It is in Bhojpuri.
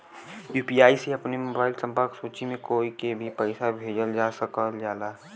यू.पी.आई से अपने मोबाइल संपर्क सूची में कोई के भी पइसा भेजल जा सकल जाला